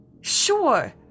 Sure